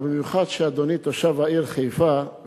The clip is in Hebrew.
ובמיוחד שאדוני תושב העיר חיפה,